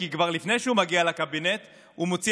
כי כבר לפני שהוא מגיע לקבינט הוא מוציא